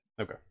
Okay